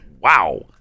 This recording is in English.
Wow